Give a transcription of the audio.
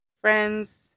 Friends